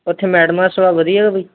ਉੱਥੇ ਮੈਡਮਾ ਦਾ ਸੁਭਾਅ ਵਧੀਆ ਗਾ ਬਾਈ